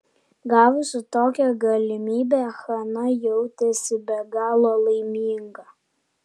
gavusi tokią galimybę hana jautėsi be galo laiminga